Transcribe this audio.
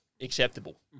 acceptable